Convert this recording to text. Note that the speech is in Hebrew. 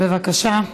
בבקשה.